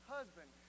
Husband